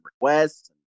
requests